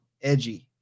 edgy